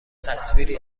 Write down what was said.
تصویری